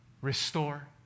restore